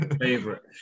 Favorite